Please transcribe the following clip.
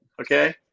okay